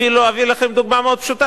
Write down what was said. אפילו אביא לכם דוגמה מאוד פשוטה,